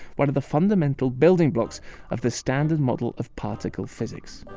one of the fundamental building blocks of the standard model of particle physics.